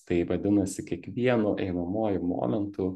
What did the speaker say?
tai vadinasi kiekvienu einamuoju momentu